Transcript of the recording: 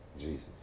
Jesus